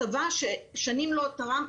הצבא ששנים לא תרם,